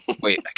Wait